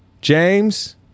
James